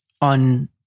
on